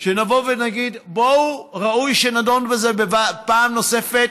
נבוא ונגיד: בואו, ראוי שנדון בזה פעם נוספת,